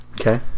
Okay